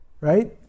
Right